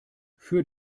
für